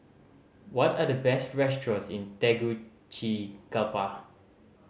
what are the best restaurants in Tegucigalpa